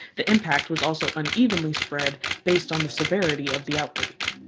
the impact was also unevenly spread based on the severity of the outbreak.